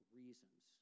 reasons